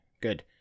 good